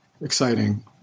exciting